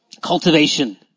cultivation